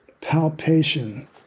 palpation